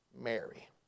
Mary